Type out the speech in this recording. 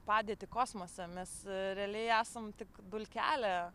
padėtį kosmose mes realiai esam tik dulkelė